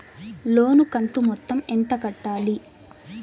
లోను కంతు మొత్తం ఎంత కట్టాలి?